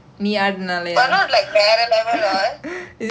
but not like வேற:vera level தான்:thaan [what]